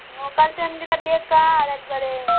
local ট্রেনগুলো বেকার একবারে